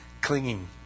clinging